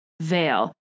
veil